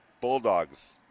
Bulldogs